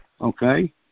Okay